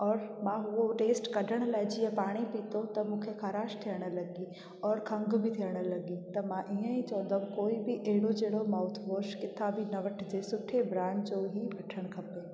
और मां उहो टेस्ट कढण लाइ जीअं पाणी पितो त मूंखे ख़राश थियणु लॻी और खंघ बि थियणु लॻी त मां ईअं ई चवंदमि कोई बि अहिड़ो जहिड़ो माउथ वॉश किथां बि न वठिजे सुठे ब्रांड जो ई वठणु खपे